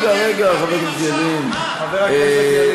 שאם נוריד את הגיל נהיה מתקדמים עכשיו?